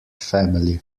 family